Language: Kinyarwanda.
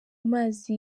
amazi